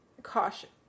Caution